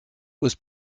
was